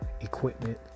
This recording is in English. Equipment